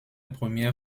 première